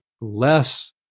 less